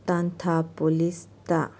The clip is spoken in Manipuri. ꯇꯥꯟꯊꯥ ꯄꯨꯂꯤꯁꯇ